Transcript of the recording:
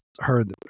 heard